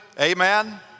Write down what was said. amen